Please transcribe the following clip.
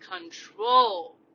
control